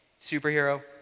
superhero